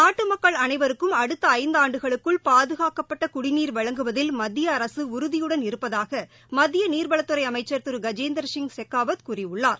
நாட்டு மக்கள் அனைவருக்கும் அடுத்த ஐந்தாண்டுகளுக்குள் பாதகாக்கப்பட்ட குடிநீர் வழங்குவதில் மத்திய அரசு உறுதியுடன் இருப்பதாக மத்திய நீர்வளத்துறை அமைச்சர் திரு கஜேந்திர சிப் ஷெகாவத் கூறியுள்ளார்